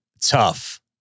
Tough